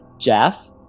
Jeff